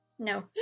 no